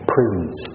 Prisons